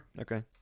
Okay